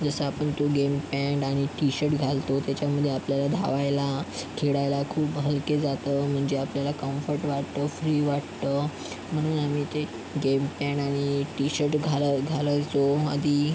जसं आपण तो गेम पँट आणि टीशर्ट घालतो त्याच्यामध्ये आपल्याला धावायला खेळायला खूप हलके जातं म्हणजे आपल्याला कम्फर्ट वाटतं फ्री वाटतं म्हणून आम्ही ते गेम पँण आणि टीशर्ट घालाय घालायचो आधी